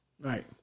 Right